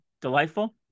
Delightful